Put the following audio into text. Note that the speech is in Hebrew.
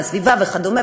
מהסביבה וכדומה,